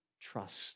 Trust